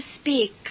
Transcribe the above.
speak